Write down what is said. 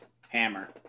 Hammer